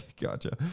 gotcha